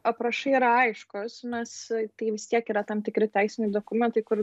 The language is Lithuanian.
aprašai yra aiškūs nes tai vis tiek yra tam tikri teisiniai dokumentai kur